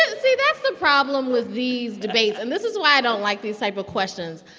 ah see, that's the problem with these debates, and this is why i don't like these type of questions.